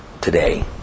today